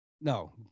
No